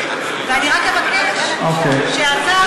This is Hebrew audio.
ורק אבקש שאתה,